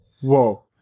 whoa